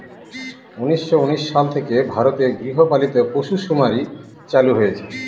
উনিশশো উনিশ সাল থেকে ভারতে গৃহপালিত পশুসুমারী চালু হয়েছে